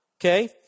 Okay